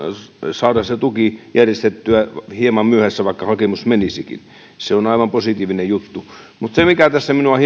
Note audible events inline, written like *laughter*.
saadaan se tuki järjestettyä vaikka hakemus hieman myöhässä menisikin se on aivan positiivinen juttu mutta se mikä minua *unintelligible*